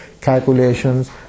calculations